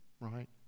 right